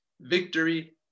Victory